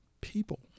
people